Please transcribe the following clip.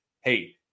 hey